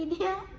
you